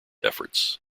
efforts